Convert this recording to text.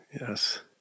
Yes